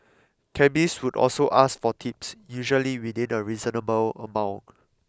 cabbies would ask for tips usually within a reasonable amount